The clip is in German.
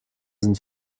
sind